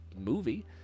movie